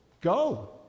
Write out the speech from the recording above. go